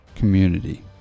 community